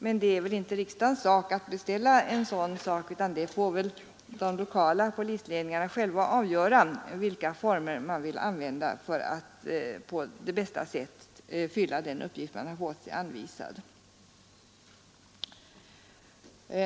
Men det är väl inte riksdagens sak att beställa något sådant, utan de lokala polisledningarna får själva avgöra vilka former man vill använda för att på bästa sätt fylla den uppgift man har fått sig anvisad.